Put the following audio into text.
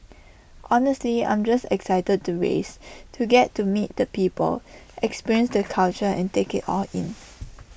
honestly I'm just excited to race to get to meet the people experience the culture and take IT all in